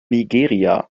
nigeria